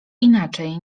inaczej